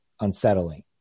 unsettling